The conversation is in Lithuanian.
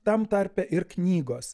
tam tarpe ir knygos